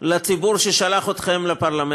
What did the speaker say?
לציבור ששלח אתכם לפרלמנט,